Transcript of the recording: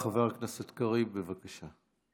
חבר הכנסת קריב, בבקשה.